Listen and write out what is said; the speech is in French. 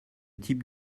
type